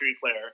player